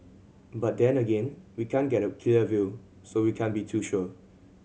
but then again we can't get a clear view so we can't be too sure